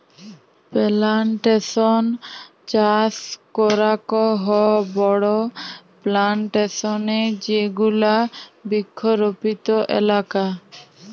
plantation চাস করাক হ বড়ো প্লানটেশন এ যেগুলা বৃক্ষরোপিত এলাকা